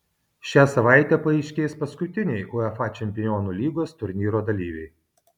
šią savaitę paaiškės paskutiniai uefa čempionų lygos turnyro dalyviai